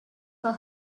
for